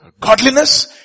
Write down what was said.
godliness